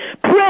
Pray